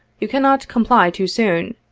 you cannot comply too soon,